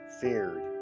feared